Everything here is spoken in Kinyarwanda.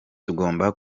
tugomba